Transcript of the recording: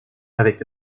avec